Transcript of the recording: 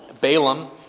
Balaam